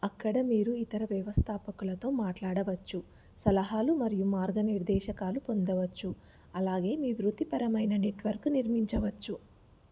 అక్కడ మీరు ఇతర వ్యవస్థాపకులతో మాట్లాడవచ్చు సలహాలు మరియు మార్గనిర్దేశకాలు పొందవచ్చు అలాగే మీ వృత్తిపరమైన నెట్వర్క్ నిర్మించవచ్చు